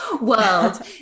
world